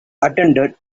attended